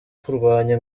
kurwanya